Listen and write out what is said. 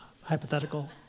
hypothetical